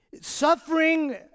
suffering